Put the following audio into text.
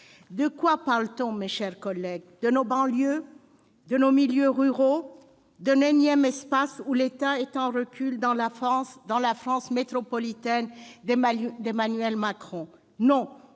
de quoi parle-t-on, mes chers collègues ? De nos banlieues ? De nos milieux ruraux ? D'un énième espace où l'État est en recul dans la France métropolitaine d'Emmanuel Macron ?